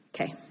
Okay